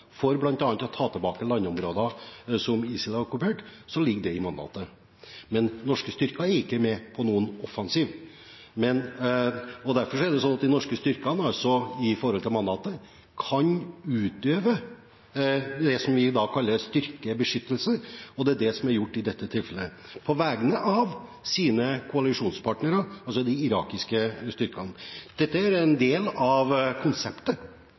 for bl.a. å ta tilbake landområder som ISIL har okkupert, ligger i mandatet. Men norske styrker er ikke med på noen offensiv. De norske styrkene kan, i henhold til mandatet, utøve det vi i dag kaller styrkebeskyttelse, og det er det som er gjort i dette tilfellet, på vegne av våre koalisjonspartnere, de irakiske styrkene. Dette er en del av konseptet,